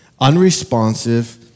unresponsive